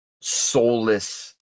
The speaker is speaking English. soulless